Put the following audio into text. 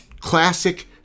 classic